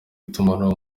itumanaho